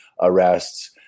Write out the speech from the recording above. arrests